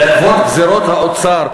בעקבות גזירות האוצר,